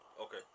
Okay